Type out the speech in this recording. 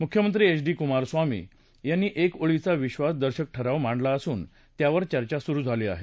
मुख्यमंत्री H D Kumaraswamy यांनी एक ओळीचा विधासदर्शक ठराव मांडला असून त्यावर चर्चा सुरू झाली आहे